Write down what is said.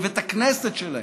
בבית הכנסת שלהם,